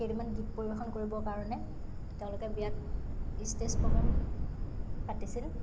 কেইটিমান গীত পৰিৱেশন কৰিবৰ কাৰণে তেওঁলোকে বিয়াত ষ্টেজ প্ৰগ্ৰেম পাতিছিল